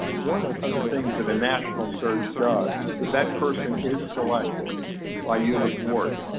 one of the things that a national search does, if that person is selected by you the board,